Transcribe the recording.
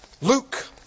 Luke